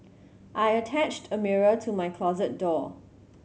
I attached a mirror to my closet door